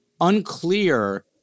Unclear